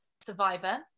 survivor